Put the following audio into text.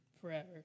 forever